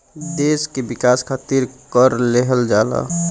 देस के विकास खारित कर लेहल जाला